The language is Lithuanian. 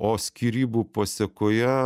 o skyrybų pasekoje